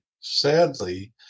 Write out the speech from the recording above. sadly